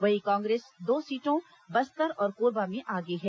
वहीं कांग्रेस दो सीटों बस्तर और कोरबा में आगे हैं